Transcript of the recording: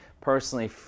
personally